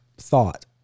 Thought